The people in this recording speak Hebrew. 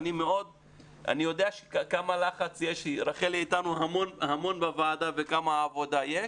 אני יודע כמה לחץ יש איתנו רחלי וכמה עבודה יש,